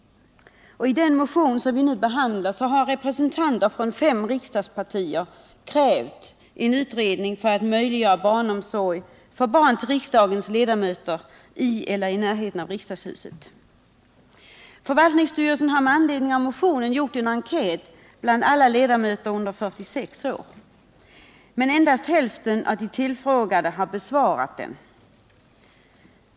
I den motion vi nu behandlar har representanter från fem riksdagspartier krävt en utredning för att möjliggöra barnomsorg för barn till riksdagens Förvaltningsstyrelsen har med anledning av motionen gjort en enkät bland alla ledamöter under 46 år. Endast hälften av de tillfrågade har besvarat den.